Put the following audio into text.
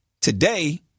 today